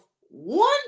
one